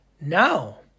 now